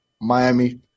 Miami